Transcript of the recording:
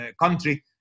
country